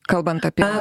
kalbant apie